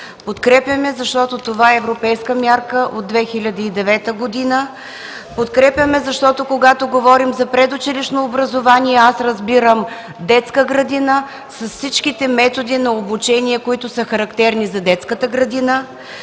Подкрепям я, защото това е европейска мярка от 2009 г. Подкрепям я, защото когато говорим за предучилищно образование, аз разбирам детска градина с всички методи на обучение, характерни за детската градина,